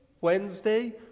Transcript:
Wednesday